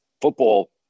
football